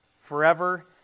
forever